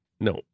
No